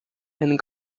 and